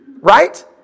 Right